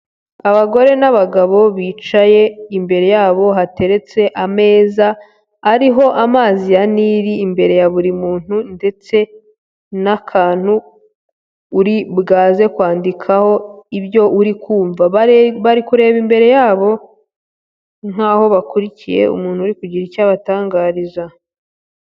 Abagore n'abagabo bicaye, imbere yabo hateretse ameza ariho amazi ya Nili imbere ya buri muntu ndetse n'akantu uri bwaze kwandikaho ibyo uri kumva. Bari kureba imbere yabo nk'aho bakurikiye umuntu uri kugira icyo abatangariza.